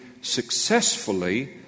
successfully